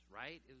right